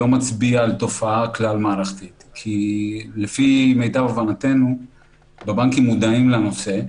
לא מצביעה על תופעה כלל מערכתית לפי מיטב הבנתנו בבנקים מודעים לנושא,